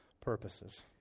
purposes